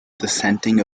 dissenting